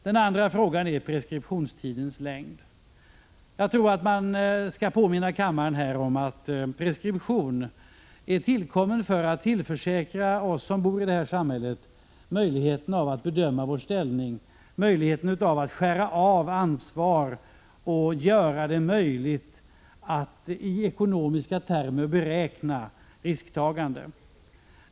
Den andra frågan är preskriptionstidens längd. Jag tror att man skall påminna kammaren om att preskription är tillkommen för att tillförsäkra oss som bor i det här samhället möjlighet att bedöma vår ställning, att skära av ansvar och göra det möjligt att i ekonomiska termer beräkna risktagandet.